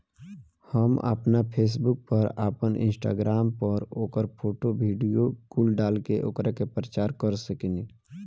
हम आपना फेसबुक पर, आपन इंस्टाग्राम पर ओकर फोटो, वीडीओ कुल डाल के ओकरा के प्रचार कर सकेनी